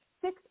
six